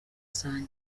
zanjye